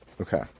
Okay